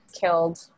killed